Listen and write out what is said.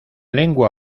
lengua